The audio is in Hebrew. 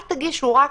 אל תגישו רק